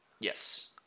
yes